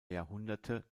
jahrhunderte